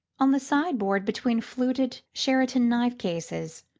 on the sideboard, between fluted sheraton knife-cases,